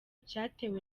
cyatewe